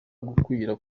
gukwira